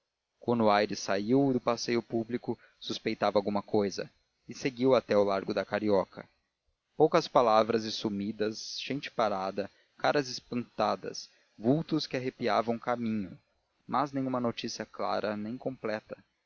quando aires saiu do passeio público suspeitava alguma cousa e seguiu até o largo da carioca poucas palavras e sumidas gente parada caras espantadas vultos que arrepiavam caminho mas nenhuma notícia clara nem completa